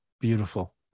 Beautiful